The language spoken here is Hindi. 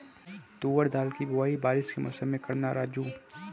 तुवर दाल की बुआई बारिश के मौसम में करना राजू